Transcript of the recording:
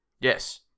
yes